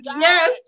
Yes